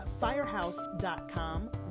Firehouse.com